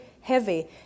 heavy